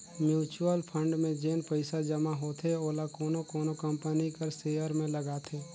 mutual fund में जेन पइसा जमा होथे ओला कोनो कोनो कंपनी कर सेयर में लगाथे